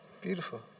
Beautiful